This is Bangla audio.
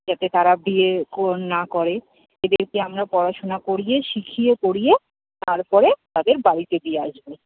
যাতে তারা বিয়ে কো না করে এদেরকে আমরা পড়াশোনা করিয়ে শিখিয়ে পড়িয়ে তারপরে তাদের বাড়িতে দিয়ে আসবে